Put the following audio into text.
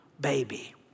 baby